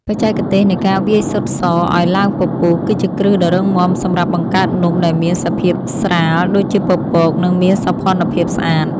បច្ចេកទេសនៃការវាយស៊ុតសឱ្យឡើងពពុះ គឺជាគ្រឹះដ៏រឹងមាំសម្រាប់បង្កើតនំដែលមានសភាពស្រាលដូចជាពពក និងមានសោភ័ណភាពស្អាត។